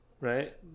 Right